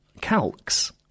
calcs